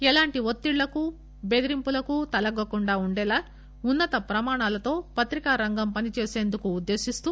ఎలాంటి ఒత్తిళ్ళకు బెదిరింపులకు తలోగ్గకుండా ఉండేలా ఉన్న త ప్రమాణాలతో పత్రికారంగం పనిచేసిందుకు ఉద్దేశిస్తూ